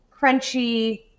crunchy